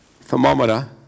thermometer